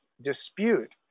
dispute